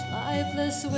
lifeless